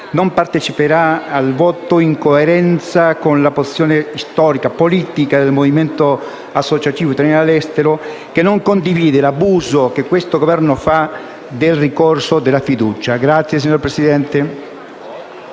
non parteciperà al voto in coerenza con la posizione storica e politica del Movimento associativo italiani all'estero, che non condivide l'abuso che questo Governo fa del ricorso allo strumento della